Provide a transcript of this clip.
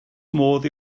modd